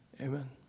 Amen